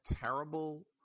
terrible